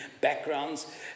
backgrounds